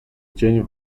dzień